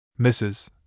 Mrs